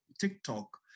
TikTok